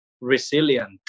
resilient